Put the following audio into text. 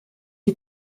die